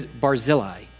Barzillai